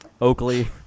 Oakley